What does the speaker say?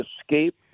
escape